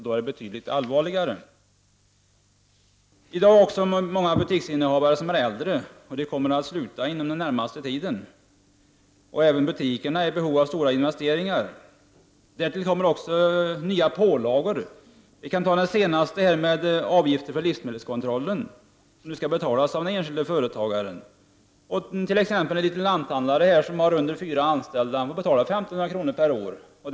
Då är det betydligt allvarligare. I dag finns många äldre butiksinnehavare, som kommer att sluta inom den närmaste tiden. Butikerna är också i behov av stora investeringar. Därtill kommer nya pålagor. Den senaste i raden är avgiften för livsmedelskontroll. Avgifterna skall betalas av den enskilde företagaren. En lanthandlare som har mindre än fyra anställda får t.ex. betala 1 500 kr. per år.